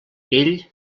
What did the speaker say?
ell